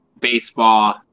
baseball